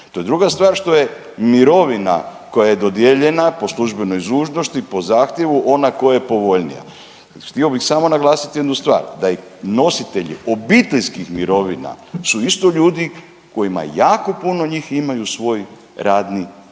To je druga stvar što je mirovina koja je dodijeljena po službenoj dužnosti, po zahtjevu ona koja je povoljnija. Htio bih samo naglasiti jednu stvar da i nositelji obiteljskih mirovina su isto ljudi u kojima jako puno njih imaju svoj radni staž